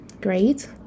great